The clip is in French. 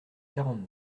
quarante